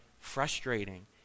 frustrating